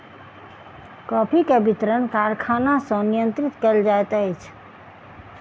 coffee के वितरण कारखाना सॅ नियंत्रित कयल जाइत अछि